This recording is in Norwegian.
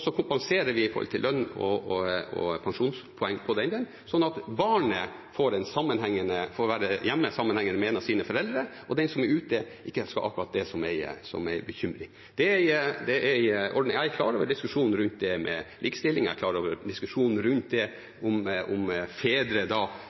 Så kompenserer vi når det gjelder lønn og pensjonspoeng, slik at barnet får være hjemme sammenhengende med en av sine foreldre, og at den som er ute, ikke skal ha dette som en bekymring. Jeg er klar over diskusjonen om likestilling og diskusjonen om fedre da går glipp av sin rett til å være med barnet, men vi sier for det første at det